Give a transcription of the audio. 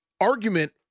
argument